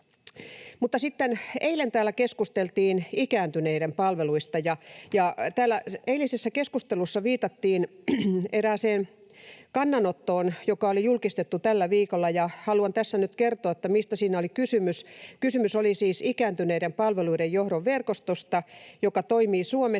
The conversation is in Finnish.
eilen täällä keskusteltiin ikääntyneiden palveluista, ja täällä eilisessä keskustelussa viitattiin erääseen kannanottoon, joka oli julkistettu tällä viikolla, ja haluan tässä nyt kertoa, mistä siinä oli kysymys. Kysymys oli siis ikääntyneiden palveluiden johdon verkostosta, joka toimii Suomessa.